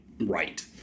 right